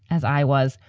as i was.